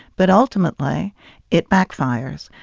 but ultimately it backfires.